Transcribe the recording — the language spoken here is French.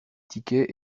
tickets